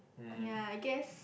yea I guess